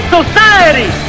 society